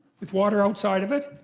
with water outside of it,